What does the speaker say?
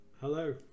Hello